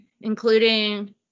including